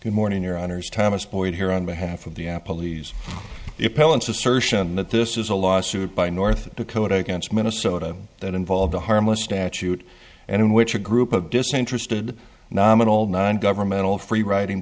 good morning your honour's thomas boyd here on behalf of the am polese appellants assertion that this is a lawsuit by north dakota against minnesota that involved a harmless statute and in which a group of disinterested nominal non governmental freewriting